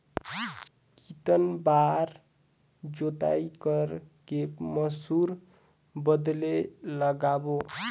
कितन बार जोताई कर के मसूर बदले लगाबो?